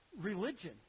religion